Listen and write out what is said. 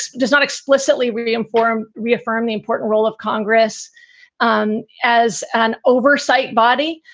does not explicitly really inform, reaffirm the important role of congress um as an oversight body.